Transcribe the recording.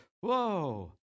Whoa